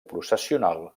processional